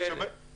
מי אלה?